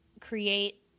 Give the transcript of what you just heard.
create